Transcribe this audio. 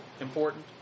important